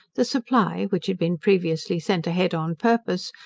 the supply, which had been previously sent a-head on purpose,